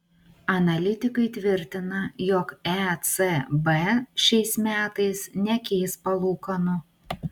analitikai tvirtina jog ecb šiais metais nekeis palūkanų